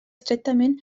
estretament